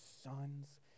sons